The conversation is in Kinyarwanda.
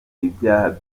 ibyaha